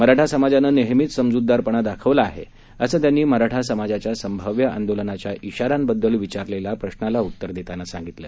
मराठा समाजानं नेहमीच समजूतदारपणा दाखवला आहे असं त्यांनी मराठा समाजाच्या संभाव्य आंदोलनाच्या श्रीाऱ्यांबद्दल विचारलेल्या प्रशाला उत्तर देताना सांगितलं